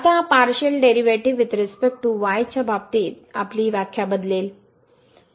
आता partial derivative with respect to y च्या बाबतीत आपली व्याख्या बदलेल